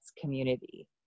community